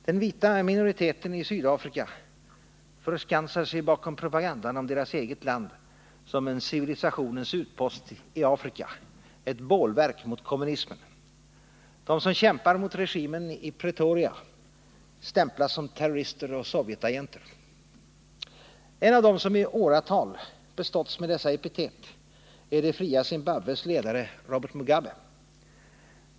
Den vita minoriteten i Sydafrika förskansar sig bakom propagandan om dess eget land som en civilisationens utpost i Afrika, ett bålverk mot kommunismen. De som kämpar mot regimen i Pretoria stämplas som terrorister och Sovjetagenter. En av dem som i åratal beståtts med dessa epitet är det fria Zimbabwes ledare, Robert Mugabe.